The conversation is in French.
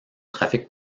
trafic